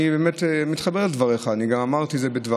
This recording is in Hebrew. אני מתחבר לדבריך ואני גם אמרתי את זה בדבריי,